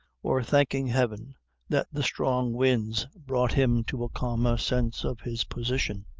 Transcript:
or thanking heaven that the strong winds brought him to a calmer sense of his position,